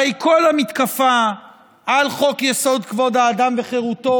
הרי כל המתקפה על חוק-יסוד: כבוד האדם וחירותו,